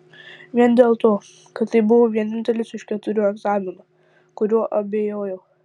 vien dėl to kad tai buvo vienintelis iš keturių egzaminų kuriuo abejojau